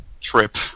trip